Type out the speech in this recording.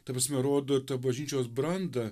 ta prasme rodo ir tą bažnyčios brandą